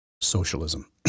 socialism